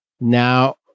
Now